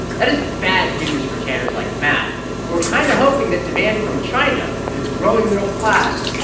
that is bad news for tanners like matt who were kind of hoping that demand from china, with its growing middle class,